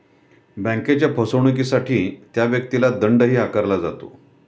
बँकेच्या फसवणुकीसाठी त्या व्यक्तीला दंडही आकारला जातो